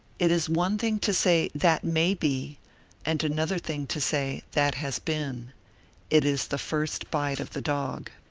it is one thing to say that may be and another thing to say that has been it is the first bite of the dog.